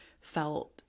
felt